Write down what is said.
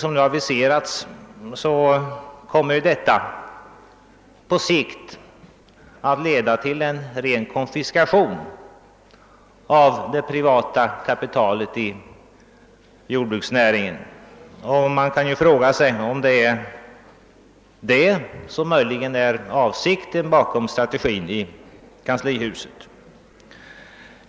På sikt måste detta leda till en ren konfiskation av det privata kapitalet i jordbruksnäringen. Man kan fråga sig, om det möjligen är själva avsikten med strategin i kanslihuset.